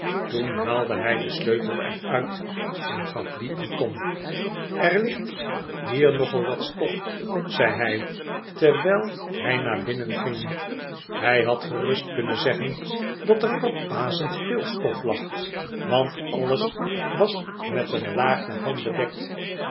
toen haalde hij den sleutel er uit en gaf dien aan tom er ligt hier nogal wat stof zei hij terwijl hij naar binnen ging hij had gerust kunnen zeggen dat er verbazend veel stof lag want alles was met een laag daarvan bedekt